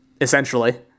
essentially